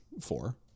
Four